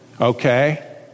okay